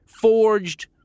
forged